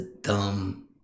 dumb